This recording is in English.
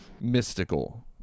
mystical